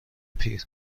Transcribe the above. پیر